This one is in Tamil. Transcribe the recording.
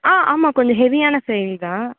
ஆ ஆமாம் கொஞ்சம் ஹெவியான ஃபைல் தான்